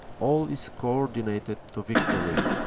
all is co-ordinated to victory.